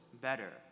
better